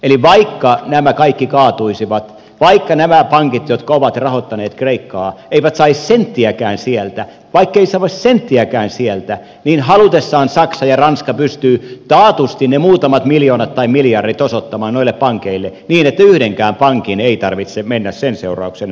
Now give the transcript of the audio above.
eli vaikka nämä kaikki kaatuisivat vaikka nämä pankit jotka ovat rahoittaneet kreikkaa eivät saisi senttiäkään sieltä vaikka eivät saisi senttiäkään sieltä niin halutessaan saksa ja ranska pystyvät taatusti ne muutamat miljoonat tai miljardit osoittamaan noille pankeille niin että yhdenkään pankin ei tarvitse mennä sen seurauksena nurin